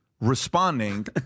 Responding